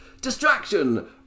Distraction